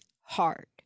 hard